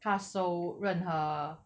他收任何